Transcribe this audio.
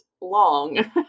long